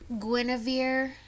Guinevere